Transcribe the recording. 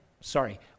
sorry